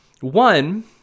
one